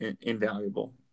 invaluable